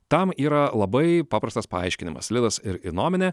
tam yra labai paprastas paaiškinimas lilas ir innomine